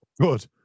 Good